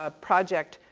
ah project,